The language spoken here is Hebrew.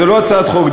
זו לא הצעת חוק,